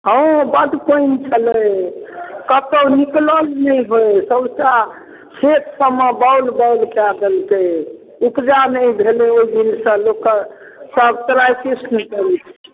हँ बड्ड पानि छलै कतहु निकलल नहि होइ सौँसे खेतसभमे बालु बालु कए देलकै उपजा नहि भेलै ओहि दिनसँ लोककेँ सभ त्राहि कृष्ण करय